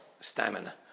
stamina